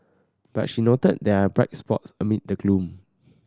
but she noted there are bright spots amid the gloom